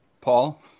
paul